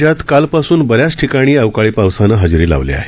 राज्यात कालपासून बऱ्याच ठिकाणी अवकाळी पावसानं हजेरी लावली आहे